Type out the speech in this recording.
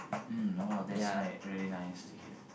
mm !wah! that's like really nice to hear